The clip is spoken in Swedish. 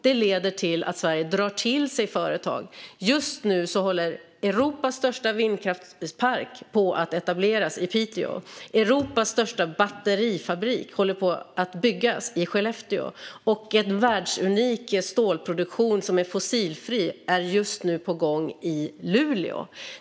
Detta leder till att Sverige drar till sig företag. Just nu håller Europas största vindkraftspark på att etableras i Piteå. Europas största batterifabrik håller på att byggas i Skellefteå. En världsunik stålproduktion som är fossilfri är just nu på gång i Luleå.